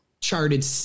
charted